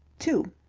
to